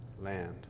land